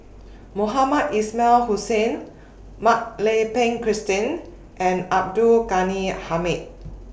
Mohamed Ismail Hussain Mak Lai Peng Christine and Abdul Ghani Hamid